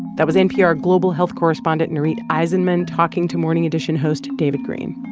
that was npr global health correspondent nurith aizenman talking to morning edition host david greene.